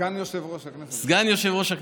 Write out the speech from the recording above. סגן יושב-ראש הכנסת,